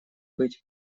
быть